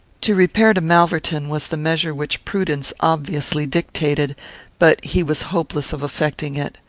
to repair to malverton was the measure which prudence obviously dictated but he was hopeless of effecting it.